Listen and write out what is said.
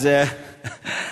בבקשה.